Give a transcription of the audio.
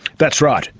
that's right,